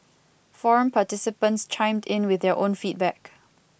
forum participants chimed in with their own feedback